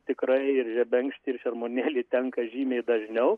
tikrai ir žebenkštį ir šermuonėlį tenka žymiai dažniau